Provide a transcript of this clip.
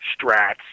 Strats